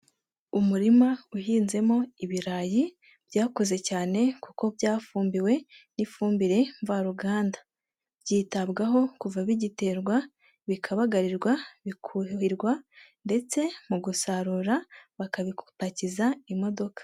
Umurima uhinzemo ibirayi byakoze cyane, kuko byafumbiwe n'ifumbire mvaruganda, byitabwaho kuva bigiterwa, bikabagarirwa, bikuhirwa ndetse mu gusarura bakabipakiza imodoka.